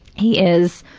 he is,